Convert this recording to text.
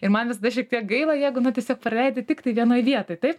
ir man visada šiek tiek gaila jeigu na tiesiog praleidi tiktai vienoj vietoj taip